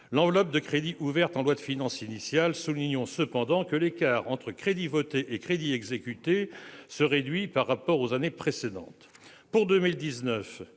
l'enveloppe de crédits ouverte en loi de finances initiale. Soulignons cependant que l'écart entre les crédits votés et les crédits exécutés se réduit par rapport aux années précédentes.